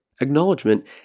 Acknowledgement